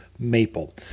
maple